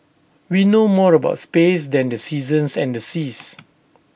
we know more about space than the seasons and the seas